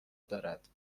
دارد